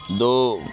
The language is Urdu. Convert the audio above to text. دو